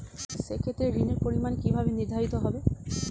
সে ক্ষেত্রে ঋণের পরিমাণ কিভাবে নির্ধারিত হবে?